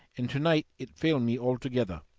and to-night it fail me altogether.